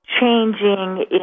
changing